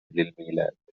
للميلاد